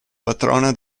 patrona